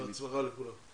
בהצלחה לכולם.